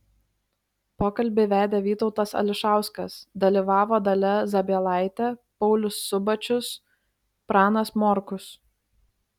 pokalbį vedė vytautas ališauskas dalyvavo dalia zabielaitė paulius subačius pranas morkus